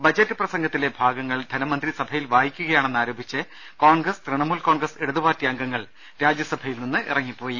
budget പ്രസംഗത്തിലെ ഭാഗങ്ങൾ ധനമന്ത്രി സഭയിൽ വായിക്കു കയാണെന്ന് ആരോപിച്ച് കോൺഗ്രസ് തൃണമൂൽ കോൺഗ്രസ് ഇടത് പാർട്ടി അംഗങ്ങൾ രാജ്യസഭയിൽ നിന്ന് ഇറങ്ങിപ്പോയി